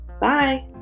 Bye